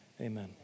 amen